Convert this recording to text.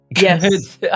Yes